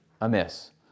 amiss